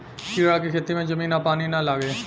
कीड़ा के खेती में जमीन आ पानी ना लागे